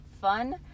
fun